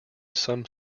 some